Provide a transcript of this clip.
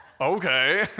okay